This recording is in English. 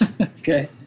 Okay